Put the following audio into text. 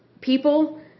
people